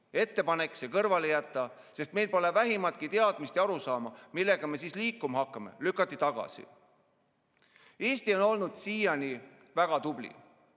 Ettepanek see kõrvale jätta, sest meil pole vähimatki teadmist ja arusaama, millega me siis liikuma hakkame, lükati tagasi. Eesti on olnud siiani väga tubli.